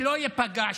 שלא ייפגע,